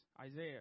Isaiah